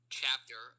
chapter